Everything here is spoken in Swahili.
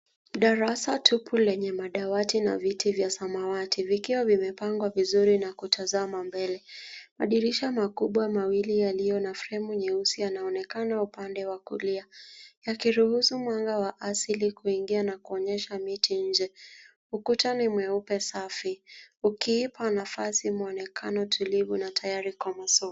Darasa tupu lenye madawati na viti vya samawati, vikiwa vimepangwa vizuri na kutazama mbele. Madirisha makubwa mawili yaliyo na fremu nyeusi yanaonekana upande wa kulia, yakiruhusu mwanga wa asili kuingia na kuonyesha miti nje. Ukuta ni mweupe safi, ukiipa nafasi mwonekano tulivu na tayari kwa masomo.